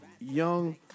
young